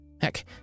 heck